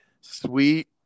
sweet